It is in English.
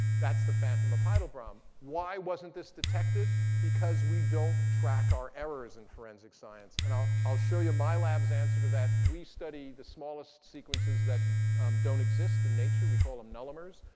that's the phantom of heilbronn. um why wasn't this detected? because we don't track our errors in forensic science. and i'll i'll show you my lab's answer to that. we study the smallest sequences that don't exist in nature. we call them nullimers.